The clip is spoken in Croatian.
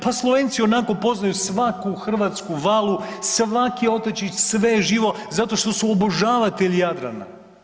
Pa Slovenci ionako poznaju svaku hrvatsku valu, svaki otočić, sve živo zato što su obožavatelji Jadrana.